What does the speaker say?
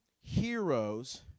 heroes